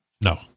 No